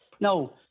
No